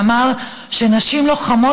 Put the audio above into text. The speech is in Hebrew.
ואמר שנשים לוחמות,